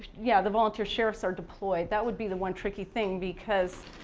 yeah the volunteer sheriffs are deployed. that would be the one tricky thing because